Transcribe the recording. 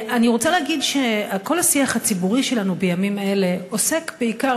אני רוצה להגיד שכל השיח הציבורי שלנו בימים אלה עוסק בעיקר